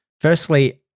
Firstly